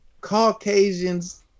Caucasians